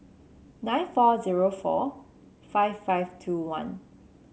nine four zero four five five two one